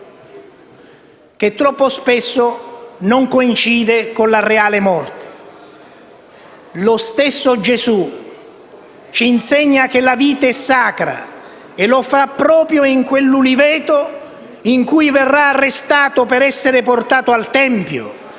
che troppo spesso non coincide con la reale morte. Lo stesso Gesù ci insegna che la vita è sacra e lo fa proprio in quell'uliveto in cui verrà arrestato per essere portato al Tempio,